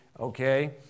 Okay